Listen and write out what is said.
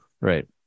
right